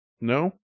No